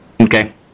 Okay